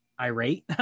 irate